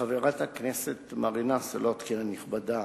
חברת הכנסת מרינה סולודקין הנכבדה,